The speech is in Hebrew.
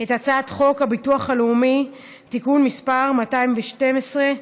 את הצעת חוק הביטוח הלאומי (תיקון מס' 212),